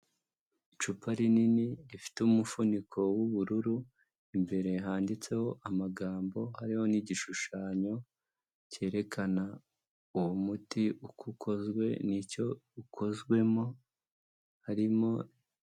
Icupa rinini rifite umufuniko w'ubururu, imbere handitseho amagambo hariho n'igishushanyo cyerekana uwo muti uko ukozwe n'icyo ukozwemo, harimo.